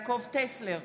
בהצבעה יעקב טסלר,